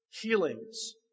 healings